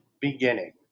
beginning